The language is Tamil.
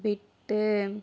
விட்டு